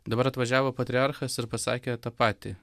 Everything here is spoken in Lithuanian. dabar atvažiavo patriarchas ir pasakė tą patį